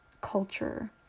culture